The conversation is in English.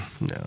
no